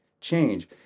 change